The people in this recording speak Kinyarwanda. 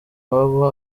waba